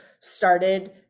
started